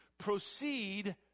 proceed